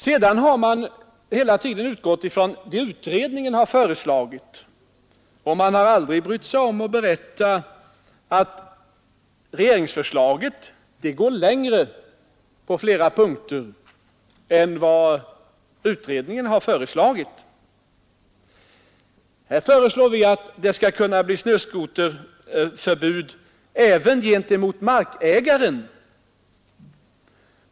Man har hela tiden utgått från vad utredningen har föreslagit och aldrig brytt sig om att berätta att regeringsförslaget på flera punkter går längre än utredningens förslag. Här föreslår vi att det skall kunna bli snöskoterförbud även gentemot markägaren.